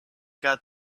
got